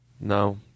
No